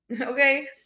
Okay